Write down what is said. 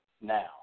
now